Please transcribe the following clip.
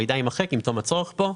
המידע יימחק עם תום הצורך בו.